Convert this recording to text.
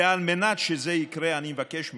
ועל מנת שזה יקרה אני מבקש מכם,